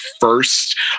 first